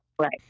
Right